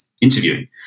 interviewing